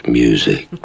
music